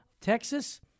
Texas